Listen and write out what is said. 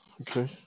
Okay